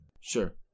Sure